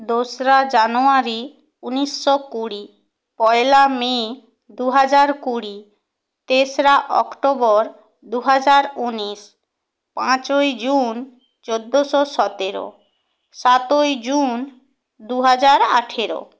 দোসরা জানুয়ারি উনিশশো কুড়ি পয়লা মে দু হাজার কুড়ি তেসরা অক্টোবর দু হাজার উনিশ পাঁচই জুন চোদ্দোশো সতেরো সাতই জুন দু হাজার আঠেরো